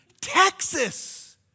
Texas